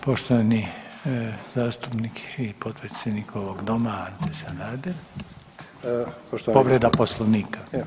Poštovani zastupnik i potpredsjednik ovog Doma Ante Sanader, povreda Poslovnika.